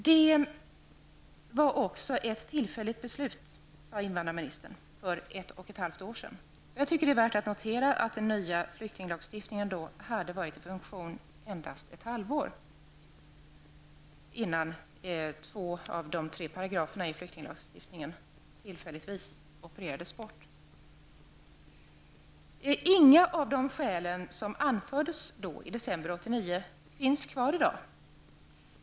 Det var ett tillfälligt beslut, sade invandrarministern för ett och ett halvt år sedan. Jag tycker att det är värt att notera att den nya lagstiftningen då hade varit i funktion endast ett halvår innan två av de tre paragraferna i flyktinglagen tillfälligtvis opererades bort. Inget av de skäl som anfördes i december 1989 finns kvar i dag.